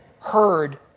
heard